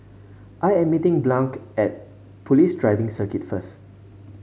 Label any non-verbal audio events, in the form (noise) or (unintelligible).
I am meeting (unintelligible) at Police Driving Circuit first